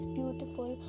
beautiful